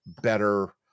better